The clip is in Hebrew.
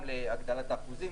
גם להגדלת האחוזים,